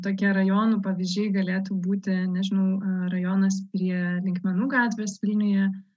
tokie rajonų pavyzdžiai galėtų būti nežinau rajonas prie linkmenų gatvės vilniuje